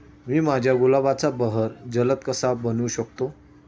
मी माझ्या गुलाबाचा बहर जलद कसा बनवू शकतो?